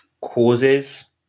causes